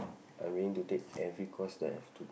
I'm willing to take every cost that I have to